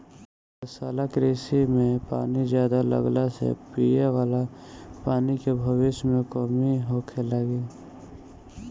दुग्धशाला कृषि में पानी ज्यादा लगला से पिये वाला पानी के भविष्य में कमी होखे लागि